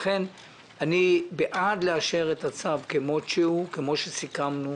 לכן אני בעד לאשר את הצו כפי שהוא, כפי שסיכמנו,